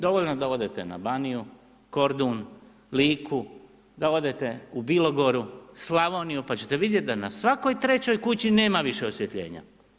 Dovoljno da odete na baniju, Kordun, Liku, da odete u Bilogoru, Slavoniju pa ćete vidjet da na svakoj trećoj kući nema više osvjetljenja.